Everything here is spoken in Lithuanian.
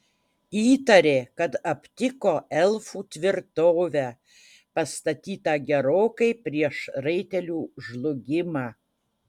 įtarė kad aptiko elfų tvirtovę pastatytą gerokai prieš raitelių žlugimą